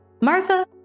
Martha